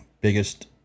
biggest